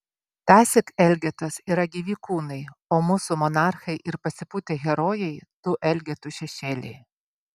tąsyk elgetos yra gyvi kūnai o mūsų monarchai ir pasipūtę herojai tų elgetų šešėliai